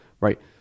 Right